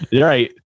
Right